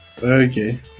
Okay